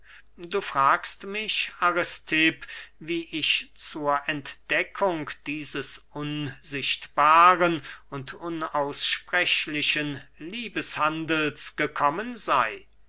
du fragst mich aristipp wie ich zur entdeckung dieses unsichtbaren und unaussprechlichen liebeshandels gekommen sey